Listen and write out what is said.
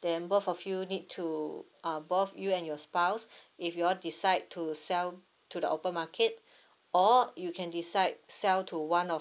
then both of you need to uh both you and your spouse if you all decide to sell to the open market or you can decide sell to one of